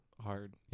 hard